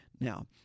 Now